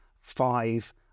five